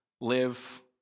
live